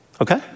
okay